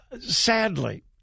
sadly